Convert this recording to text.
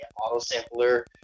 auto-sampler